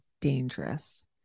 dangerous